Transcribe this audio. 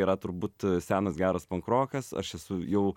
yra turbūt senas geras pankrokas aš esu jau